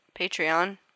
Patreon